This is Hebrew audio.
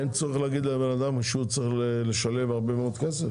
אין צורך לומר לבן אדם שהוא צריך לשלם הרבה מאוד כסף?